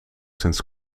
sinds